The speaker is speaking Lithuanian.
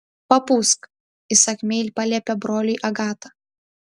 papūsk įsakmiai paliepė broliui agata